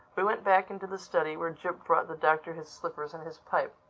we went back into the study, where jip brought the doctor his slippers and his pipe.